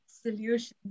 solutions